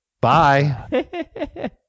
Bye